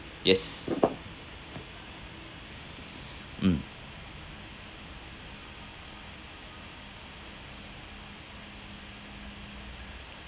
yes mm